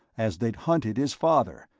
as they'd hunted his father,